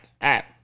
app